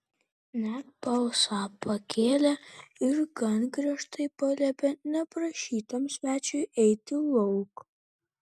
net balsą pakėlė ir gan griežtai paliepė neprašytam svečiui eiti lauk